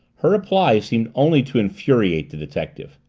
her reply seemed only to infuriate the detective.